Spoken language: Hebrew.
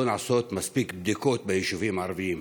נעשות מספיק בדיקות ביישובים הערביים.